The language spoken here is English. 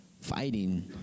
fighting